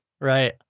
Right